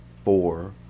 four